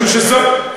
זה משפט יפה.